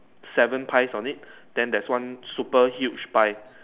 seven pies on it then there's one super huge pie